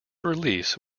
release